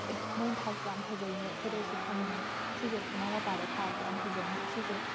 ꯑꯦꯍ ꯃꯣꯏꯟ ꯊꯥꯏꯁꯦ ꯌꯥꯝꯅ ꯐꯖꯩꯅꯦ ꯑꯩꯈꯣꯏꯗꯁꯨ ꯊꯥꯅꯤꯡꯉꯦ ꯁꯤꯁꯦ ꯊꯣꯡꯅꯥꯎ ꯃꯄꯥꯗ ꯊꯥꯔꯗꯤ ꯌꯥꯝꯅ ꯐꯖꯅꯤ ꯁꯤꯁꯦ